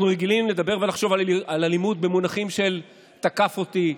אנחנו רגילים לדבר ולחשוב על אלימות במונחים של "תקף אותי",